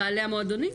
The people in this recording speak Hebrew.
בעלי המועדונים?